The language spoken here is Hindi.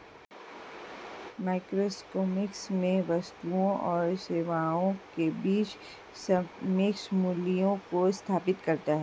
माइक्रोइकोनॉमिक्स में वस्तुओं और सेवाओं के बीच सापेक्ष मूल्यों को स्थापित करता है